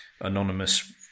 anonymous